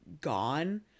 gone